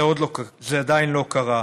זה עדיין לא קרה.